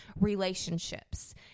relationships